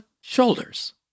shoulders